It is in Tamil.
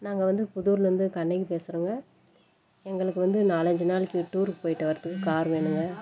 நாங்கள் வந்து புதூர்லேருந்து கண்ணகி பேசுறேங்க எங்களுக்கு வந்து நாலு அஞ்சு நாளைக்கு டூர் போய்ட்டு வரத்துக்கு கார் வேணுங்க